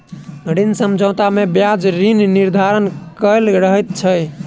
ऋण समझौता मे ब्याज दर निर्धारित कयल रहैत छै